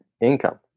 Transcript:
income